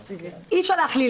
אי אפשר להכליל ככה.